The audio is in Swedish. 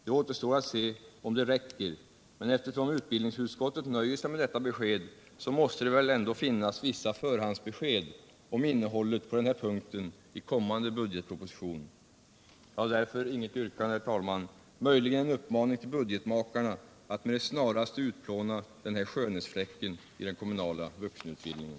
Det återstår att se om det räcker, men eftersom utbildningsutskottet nöjer sig med detta besked så måste det väl finnas vissa förhandsbesked om innehållet på den här punkten i kommande budgetproposition. Jag har därför inget yrkande, möjligen en uppmaning till budgetmakarna att med det snaraste utplåna den här ”skönhetsfläcken” i den kommunala vuxenutbildningen.